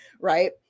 Right